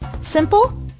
Simple